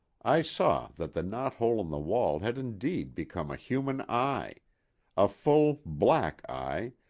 i saw that the knot-hole in the wall had indeed become a human eye a full, black eye,